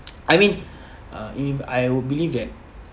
I mean uh if I would believe that